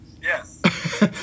Yes